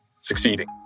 succeeding